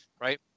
right